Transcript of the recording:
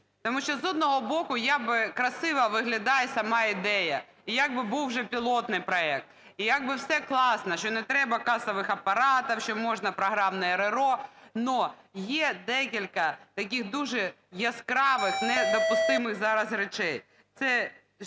Тому що, з одного боку, як би красиво виглядає сама ідея, і як би був вже пілотний проект, і як би все класно, що не треба касових апаратів, що можна програмне РРО. Але є декілька таких дуже яскравих недопустимих зараз речей,